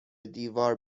دیوار